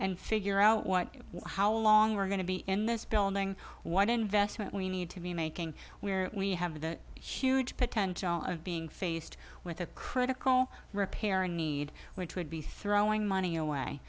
and figure out what one how long we're going to be in this building what investment we need to be making where we have a huge potential of being faced with a critical repair a need which would be throwing money